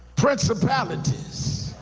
principalities.